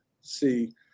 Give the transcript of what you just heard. see